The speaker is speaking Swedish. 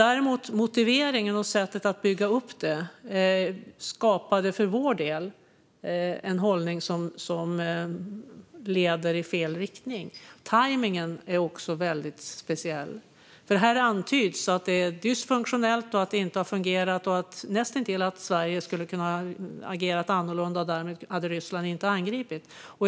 Däremot skapade motiveringen och sättet att bygga upp detta för vår del en hållning som leder i fel riktning. Tajmningen är också väldigt speciell. Här antyds nämligen att det är dysfunktionellt, att det inte har fungerat och näst intill att Sverige skulle ha kunnat agera annorlunda och att Ryssland därmed inte skulle ha angripit Ukraina.